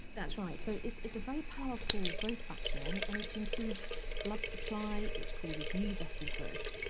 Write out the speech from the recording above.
that's right, so it's it's a very powerful growth factor, and it and it improves blood supply, it causes new vessel growth.